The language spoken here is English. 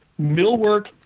millwork